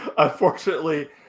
Unfortunately